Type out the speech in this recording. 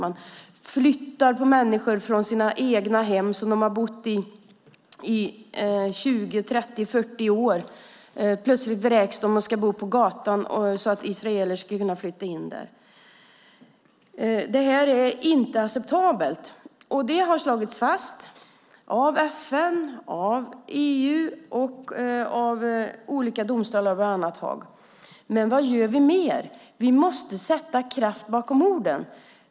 Man flyttar på människor från deras egna hem där de har bott i 20, 30 eller 40 år. Plötsligt blir de vräkta och ska bo på gatan så att israeler ska kunna flytta in i deras hem. Detta är inte acceptabelt. Det har slagits fast av FN, av EU och av olika domstolar, bland annat den i Haag. Men vad gör vi mer? Vi måste sätta kraft bakom orden.